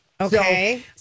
Okay